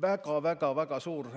Väga-väga-väga suur